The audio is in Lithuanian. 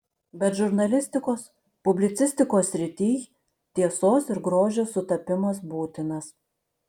bet žurnalistikos publicistikos srityj tiesos ir grožio sutapimas būtinas